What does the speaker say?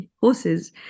horses